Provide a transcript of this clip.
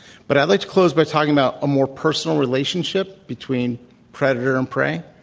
but i'd like to close by talking about a more personal relationship between predator and prey.